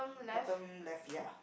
bottom left ya